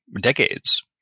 decades